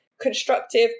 constructive